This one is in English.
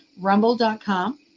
rumble.com